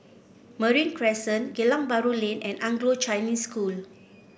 Marine Crescent Geylang Bahru Lane and Anglo Chinese School